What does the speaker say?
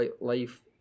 life